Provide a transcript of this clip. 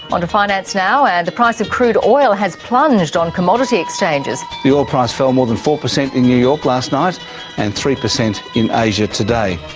on to finance now and the price of crude oil has plunged on commodity exchanges. the oil price fell more than four percent in new york last night and three percent in asia today.